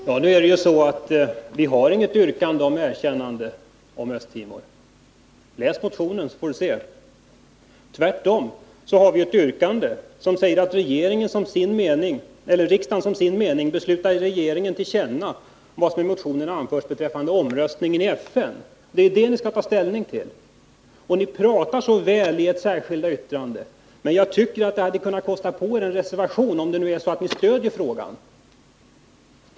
Fru talman! Nu har vi inte något yrkande om erkännande av Östra Timor. Läs motionen! Däremot har vi ett yrkande om att ”riksdagen som sin mening beslutar ge regeringen till känna vad som i motionen anförs beträffande omröstning i FN”. Det är ju det ni skall ta ställning till. Ni formulerar er så väl i ert särskilda yttrande, men jag tycker att ni hade kunnat kosta på er en reservation, om det nu är så att ni stöder frågan.